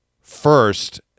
First